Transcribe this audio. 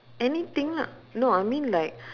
anything lah no I mean like